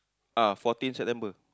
ah fourteen September